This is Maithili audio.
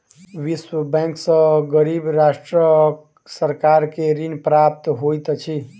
विश्व बैंक सॅ गरीब राष्ट्रक सरकार के ऋण प्राप्त होइत अछि